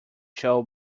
joe